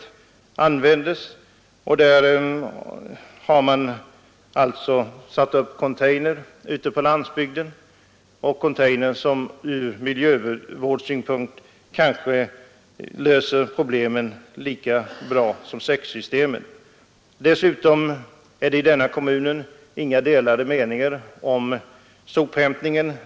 Man har satt upp containers ute på landsbygden, varigenom man ur miljövårdssynpunkt kanske löser problemen lika bra som med säcksystemet. Det råder i denna kommun inga delade meningar om sophämtningen.